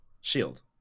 Shield